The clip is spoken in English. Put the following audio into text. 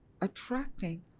attracting